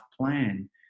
plan